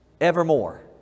evermore